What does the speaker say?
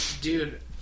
Dude